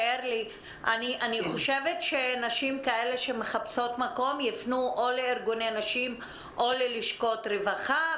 אני חושבת שנשים כאלה שמחפשות מקום יפנו לארגוני נשים או ללשכות רווחה,